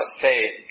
faith